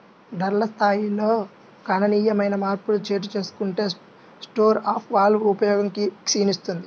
ధరల స్థాయిల్లో గణనీయమైన మార్పులు చోటుచేసుకుంటే స్టోర్ ఆఫ్ వాల్వ్ ఉపయోగం క్షీణిస్తుంది